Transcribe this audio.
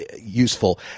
useful